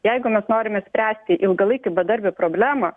jeigu mes norime spręsti ilgalaikių bedarbių problemą